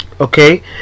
Okay